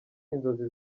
inzozi